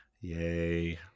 Yay